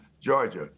Georgia